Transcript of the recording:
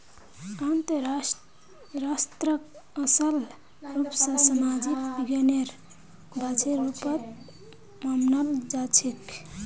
अर्थशास्त्रक असल रूप स सामाजिक विज्ञानेर ब्रांचेर रुपत मनाल जाछेक